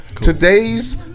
Today's